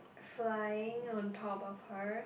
flying on top of her